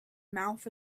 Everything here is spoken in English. mouth